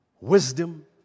Wisdom